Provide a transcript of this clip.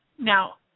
Now